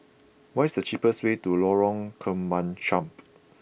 what is the cheapest way to Lorong Kemunchup